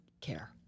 care